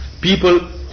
people